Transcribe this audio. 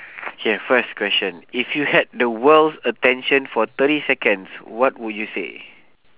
K first question if you had the world's attention for thirty seconds what would you say